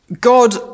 God